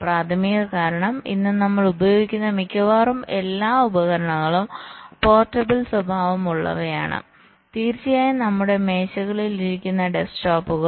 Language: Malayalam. പ്രാഥമിക കാരണം ഇന്ന് നമ്മൾ ഉപയോഗിക്കുന്ന മിക്കവാറും എല്ലാ ഉപകരണങ്ങളും പോർട്ടബിൾ സ്വഭാവമുള്ളവയാണ് തീർച്ചയായും നമ്മുടെ മേശകളിൽ ഇരിക്കുന്ന ഡെസ്ക്ടോപ്പുകൾ